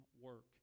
work